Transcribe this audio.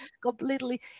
completely